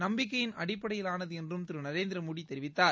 நம்பிக்கையின் அடிப்படையிலானதுஎன்றும் திருநரேந்திரமோடிதெரிவித்தார்